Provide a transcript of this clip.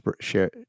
share